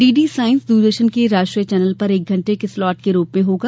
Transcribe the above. DD science Doordarshan के राष्ट्रीय channel पर एक घंटे के स्लॉट के रूप में होगा